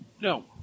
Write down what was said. No